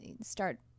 start